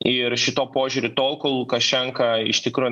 ir šituo požiūriu tol kol lukašenka iš tikro